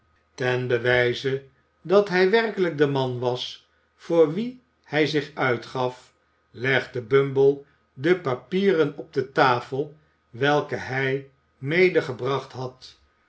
ten bewijze dat hij werkelijk de man was vooi wien hij zich uitgaf legde bumble de papieren op de tafel welke hij medegebracht had